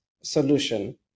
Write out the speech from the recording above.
solution